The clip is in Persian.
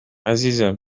عزیزم